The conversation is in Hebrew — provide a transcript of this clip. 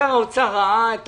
כל אלה שנתנו בי את